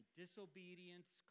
disobedience